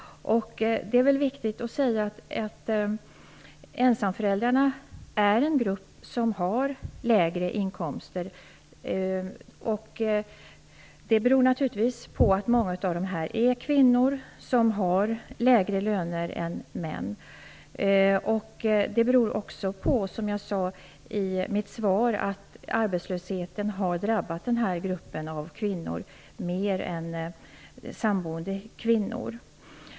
Det är viktigt att påpeka att ensamföräldrarna är en grupp som har lägre inkomster. Det beror naturligtvis på att många av dem är kvinnor och har lägre löner än män. Som jag sade i mitt svar beror det på att arbetslösheten har drabbat denna grupp av kvinnor mer än vad den har drabbat kvinnor i samboendeförhållanden.